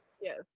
Yes